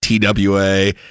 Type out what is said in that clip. TWA